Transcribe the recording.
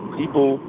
people